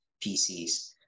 PCs